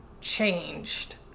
changed